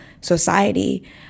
society